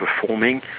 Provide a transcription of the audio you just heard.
performing